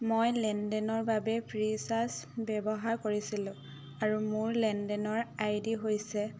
মই লেনদেনৰ বাবে ফ্ৰী চাৰ্জ ব্যৱহাৰ কৰিছিলোঁ আৰু মোৰ লেনদেনৰ আইডি হৈছে